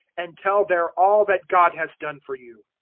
and tell there all that god has done for you.